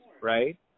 Right